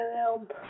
help